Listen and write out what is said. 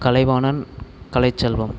Kalaivanan Kalaiselvam